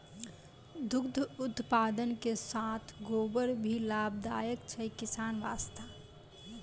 दुग्ध उत्पादन के साथॅ गोबर भी लाभदायक छै किसान वास्तॅ